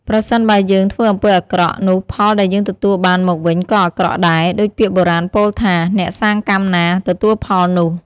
ប្រសិនបើយើងធ្វើអំពើអាក្រក់ នោះផលដែលយើងទទួលបានមកវិញក៏អាក្រក់ដែរ ដូចពាក្យបុរាណពោលថា "អ្នកសាងកម្មណា ទទួលផលនោះ"។